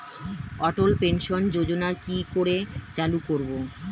অটল pension যোজনার কি করে চালু করব?